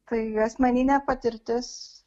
tai asmeninė patirtis